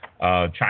China